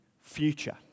future